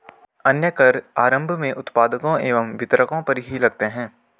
अन्य कर आरम्भ में उत्पादकों एवं वितरकों पर ही लगते हैं